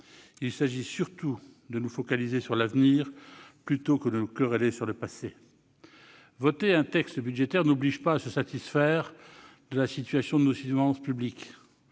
Il s'agit surtout de nous focaliser sur l'avenir, plutôt que de nous quereller sur le passé. Voter un texte budgétaire n'oblige pas à se satisfaire de la situation de nos finances publiques-